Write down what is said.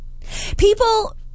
People